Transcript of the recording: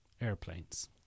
airplanes